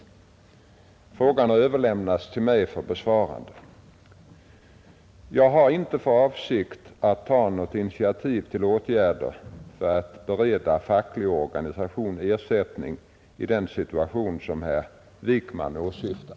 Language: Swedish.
Frågan har överlämnats till mig för besvarande. Jag har inte för avsikt att ta något initiativ till åtgärder för att bereda facklig organisation ersättning i den situation som herr Wijkman åsyftar.